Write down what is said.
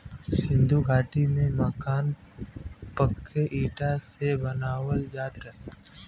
सिन्धु घाटी में मकान पक्के इटा से बनावल जात रहे